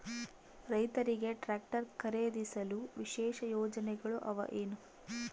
ರೈತರಿಗೆ ಟ್ರಾಕ್ಟರ್ ಖರೇದಿಸಲು ವಿಶೇಷ ಯೋಜನೆಗಳು ಅವ ಏನು?